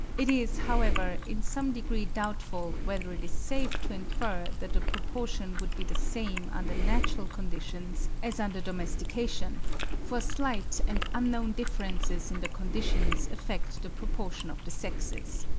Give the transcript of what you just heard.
it is, however, in some degree doubtful whether it is safe to infer that the proportion would be the same under natural conditions as under domestication for slight and unknown differences in the conditions affect the proportion of the sexes.